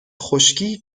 خشکی